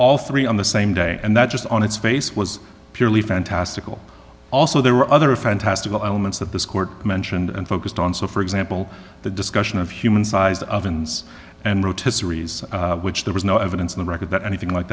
all three on the same day and that just on its face was purely fantastical also there were other fantastical elements that this court mentioned and focused on so for example the discussion of human sized ovens and rotisseries which there was no evidence in the record that anything like